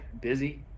busy